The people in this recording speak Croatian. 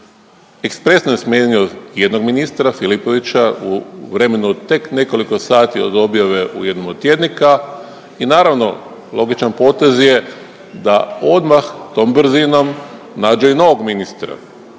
ekspresno je smijenio jednog ministra Filipovića u vremenu u tek nekoliko sati od objave u jednom od tjednika i naravno logičan potez je da odmah tom brzinom nađe i novog ministra.